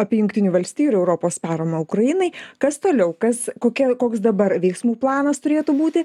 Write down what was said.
apie jungtinių valstijų ir europos paramą ukrainai kas toliau kas kokia koks dabar veiksmų planas turėtų būti